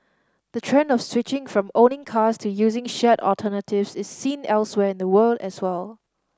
the trend of switching from owning cars to using shared alternatives is seen elsewhere in the world as well